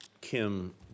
Kim